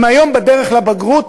הם היום בדרך לבגרות,